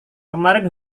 kemarin